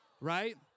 right